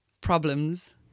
problems